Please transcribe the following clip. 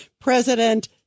President